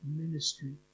ministry